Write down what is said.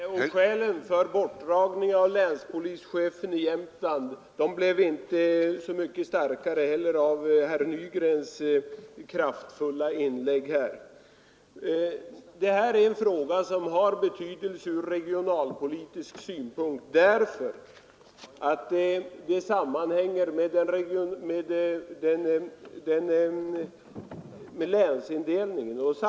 Herr talman! Skälen för bortdragning av länspolischefen i Jämtland blev inte så mycket starkare av herr Nygrens kraftiga inlägg. Detta är en fråga som har betydelse från regionalpolitisk synpunkt, därför att den sammanhänger med länsindelningen.